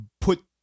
put